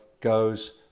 goes